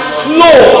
slow